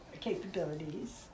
capabilities